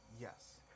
Yes